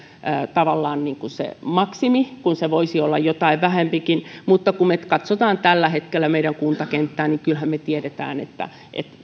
tavallaan se maksimi kun se voisi olla jotain vähempikin mutta kun me katsomme tällä hetkellä meidän kuntakenttää niin kyllähän me tiedämme että